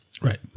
Right